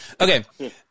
okay